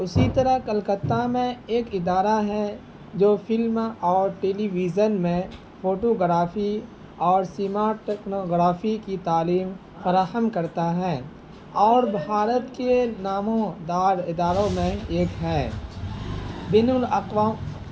اسی طرح کلکتہ میں ایک ادارہ ہے جو فلم اور ٹیلی ویژن میں فوٹو گرافی اور سیماٹیکنو گرافی کی تعلیم فراہم کرتا ہے اور بھارت کے نامور اداروں میں ایک ہے بین الاقوام